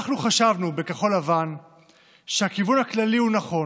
אנחנו חשבנו בכחול לבן שהכיוון הכללי הוא נכון,